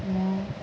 ମୁଁ